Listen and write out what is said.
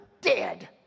dead